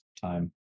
time